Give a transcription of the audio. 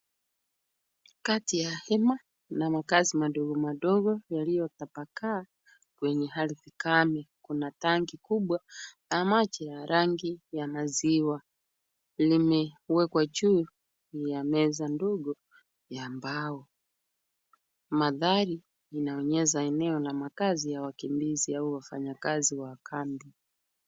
Kati ya hema na makaazi madogo madogo yaliyotapakaa kwenye ardhi kame kuna tanki kubwa na maji ya rangi ya maziwa. Limewekwa juu ya meza ndogo ya mbao. Mandhari inaonyesha eneo la makaazi ya wakimbizi au wafanyakazi wa kambi.